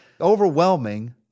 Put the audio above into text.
overwhelming